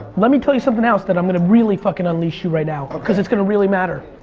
let me tell you something else that i'm gonna really fucking unleash you right now. cause it's gonna really matter.